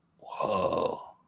Whoa